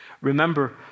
remember